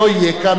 לא יהיה כאן,